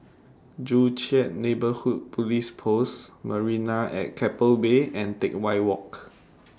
Joo Chiat Neighbourhood Police Post Marina At Keppel Bay and Teck Whye Walk